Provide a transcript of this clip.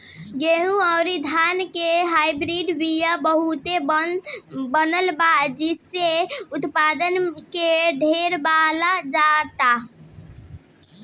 गेंहू अउरी धान के हाईब्रिड बिया बहुते बनल बा जेइसे उत्पादन के बढ़ावल जाता